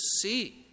see